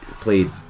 played